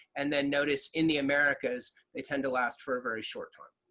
and then notice in the americas, they tend to last for a very short time.